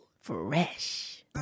fresh